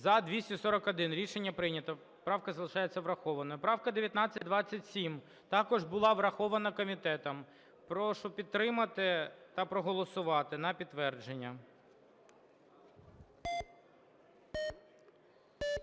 За-241 Рішення прийнято. Правка залишається врахованою. Правка 1927 також була врахована комітетом. Прошу підтримати та проголосувати на підтвердження. 16:43:12